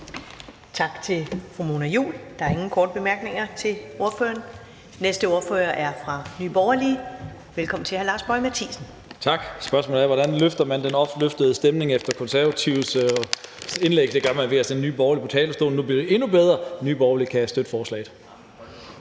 Tak til fru Mona Juul. Der er ingen korte bemærkninger til ordføreren. Den næste ordfører er fra Nye Borgerlige. Velkommen til hr. Lars Boje Mathiesen. Kl. 14:57 (Ordfører) Lars Boje Mathiesen (NB): Tak. Spørgsmålet er: Hvordan løfter man den opløftede stemning efter Konservatives indlæg? Det gør man ved at sende Nye Borgerlige på talerstolen. Nu bliver det endnu bedre. Nye Borgerlige kan støtte forslaget.